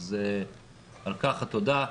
אז על כך התודה.